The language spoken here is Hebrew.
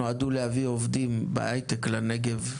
שנועדו להביא עובדים בהייטק לנגב?